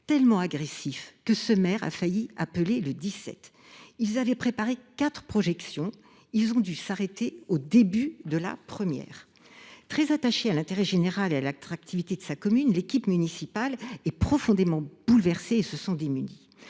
tellement agressifs que le maire a failli appeler le 17. Il avait préparé quatre projections, et il a dû s’arrêter au début de la première. Très attachée à l’intérêt général et à l’attractivité de sa commune, l’équipe municipale est profondément bouleversée et se sent démunie.